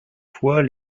fois